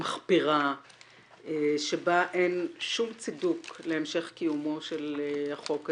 מחפירה שבה אין שום צידוק להמשך קיומו של החוק הזה.